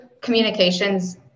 communications